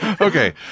Okay